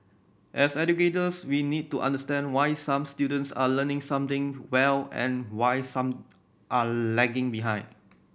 as educators we need to understand why some students are learning something well and why some are lagging behind